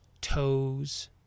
toes